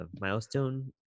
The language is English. milestone